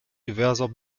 diverser